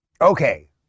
okay